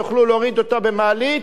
שיוכלו להוריד אותה במעלית,